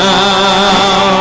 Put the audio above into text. now